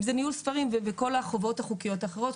אם זה ניהול ספרים וכל החובות החוקיות האחרות,